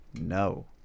no